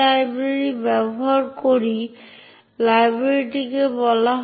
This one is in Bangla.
তাই এটি একটি ব্যবহারকারীর নাম এবং পাসওয়ার্ডের জন্য অনুরোধ করে